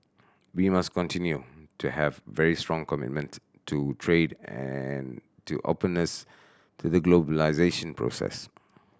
we must continue to have very strong commitment to trade and to openness to the globalisation process